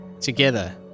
Together